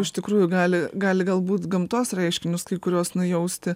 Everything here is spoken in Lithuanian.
iš tikrųjų gali gali galbūt gamtos reiškinius kai kuriuos nujausti